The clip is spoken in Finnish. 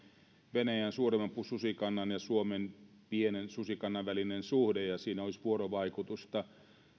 venäjän suuremman susikannan ja suomen pienen susikannan välinen suhde ja onko siinä vuorovaikutusta